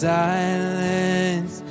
silence